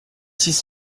six